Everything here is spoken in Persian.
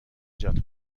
جات